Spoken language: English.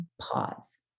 pause